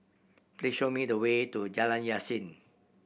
please show me the way to Jalan Yasin